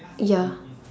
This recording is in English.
ya